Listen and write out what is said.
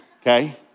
Okay